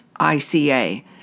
ICA